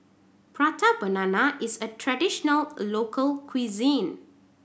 Prata Banana is a traditional local cuisine